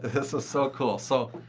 this is so cool. so,